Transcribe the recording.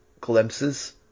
glimpses